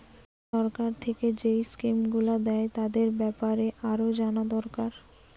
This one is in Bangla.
সরকার থিকে যেই স্কিম গুলো দ্যায় তাদের বেপারে আরো জানা দোরকার